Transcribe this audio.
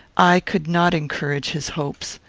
i could not encourage his hopes.